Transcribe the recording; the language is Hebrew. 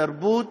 לתרבות